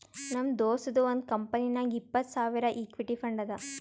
ನಮ್ ದೋಸ್ತದು ಒಂದ್ ಕಂಪನಿನಾಗ್ ಇಪ್ಪತ್ತ್ ಸಾವಿರ್ ಇಕ್ವಿಟಿ ಫಂಡ್ ಅದಾ